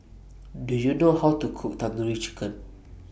Do YOU know How to Cook Tandoori Chicken